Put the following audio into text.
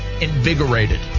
Invigorated